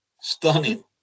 stunning